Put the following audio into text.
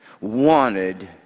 wanted